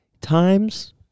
times